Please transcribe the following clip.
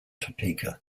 topeka